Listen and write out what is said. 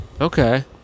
Okay